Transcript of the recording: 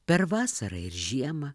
per vasarą ir žiemą